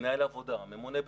מנהל עבודה, ממונה בטיחות,